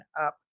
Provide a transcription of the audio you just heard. up